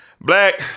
Black